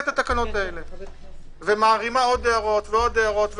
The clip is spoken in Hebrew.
את התקנות האלה ומערימה עוד הערות ועוד הערות,